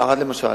בערד, למשל,